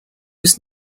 was